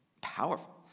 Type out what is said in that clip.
powerful